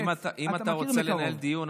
אם אתה רוצה לנהל דיון,